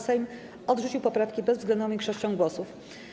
Sejm odrzucił poprawki bezwzględną większością głosów.